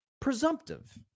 presumptive